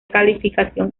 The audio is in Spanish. calificación